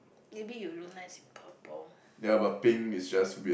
maybe you look nice in purple